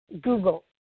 Google